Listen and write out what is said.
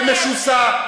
ומשוסעת.